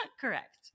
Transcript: correct